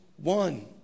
One